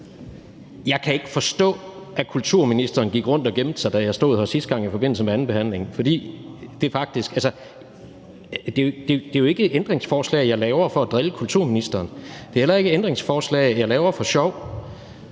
Jeg kan ikke forstå, at kulturministeren gik rundt og gemte sig, da jeg stod her sidste gang i forbindelse med andenbehandlingen, for det er jo ikke et ændringsforslag, jeg stiller for at drille kulturministeren. Det er heller ikke et ændringsforslag, jeg stiller for sjov.